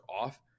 off